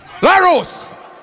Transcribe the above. LAROS